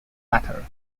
latter